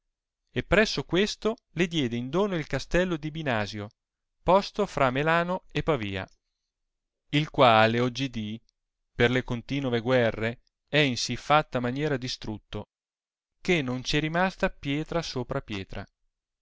e presso questo le diede in dono il castello di binasio posto fra melano e pavia il quale oggidì per le continove guerre è in sì fatta maniera distrutto che non ci è rimasta pietra sopra pietra